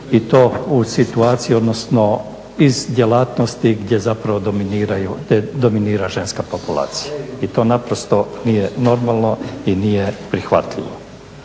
i to u situaciju odnosno iz djelatnosti gdje zapravo dominira ženska populacija i to naprosto nije normalno i nije prihvatljivo.